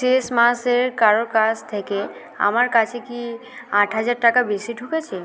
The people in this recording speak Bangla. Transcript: শেষ মাসের কারোর কাছ থেকে আমার কাছে কি আট হাজার টাকা বেশি ঢুকেছে